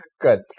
Good